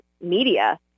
media